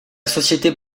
société